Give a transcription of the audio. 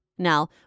Now